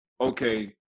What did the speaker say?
okay